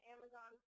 Amazon